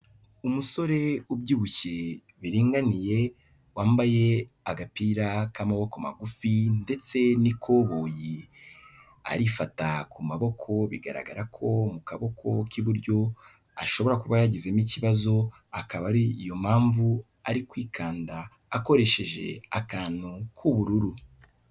Umusore ubyibushye biringaniye wambaye agapira k'amaboko magufi ndetse n'ikoboyi, arifata ku maboko bigaragara ko mu kaboko k'iburyo ashobora kuba yagizemo ikibazo akaba ari yo mpamvu, arikwikanda akoresheje akantu k'ubururu.